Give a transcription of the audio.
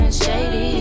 shady